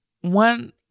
one